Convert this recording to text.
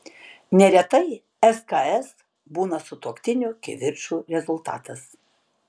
neretai sks būna sutuoktinių kivirčų rezultatas